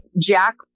Jack